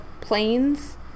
planes